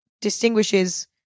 distinguishes